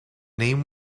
name